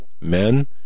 Men